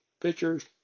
pictures